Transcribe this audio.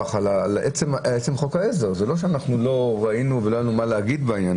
לא היה סיפק בידי לעשות